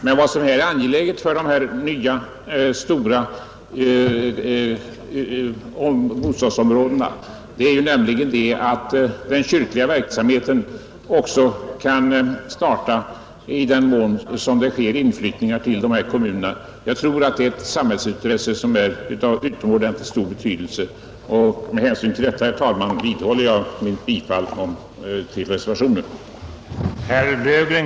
Men vad som är angeläget för de nya stora bostadsområdena är att den kyrkliga verksamheten också kan starta i den takt som det sker inflyttningar till dessa kommuner, Jag tror det är ett samhällsintresse som är av utomordentligt stor betydelse. Med hänsyn till detta, herr talman, vidhåller jag mitt yrkande om bifall till reservationen.